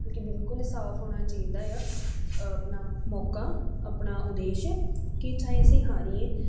ਮਲਕੀ ਬਿਲਕੁਲ ਸਾਫ ਹੋਣਾ ਚਾਹੀਦਾ ਏ ਆ ਆਪਣਾ ਮੌਕਾ ਆਪਣਾ ਉਦੇਸ਼ ਕਿ ਚਾਹੇ ਅਸੀਂ ਹਾਰੀਏ